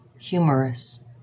humorous